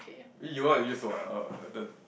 eh you what you used what uh the